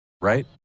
right